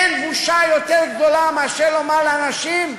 אין בושה יותר גדולה מאשר לומר לאנשים: